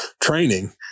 training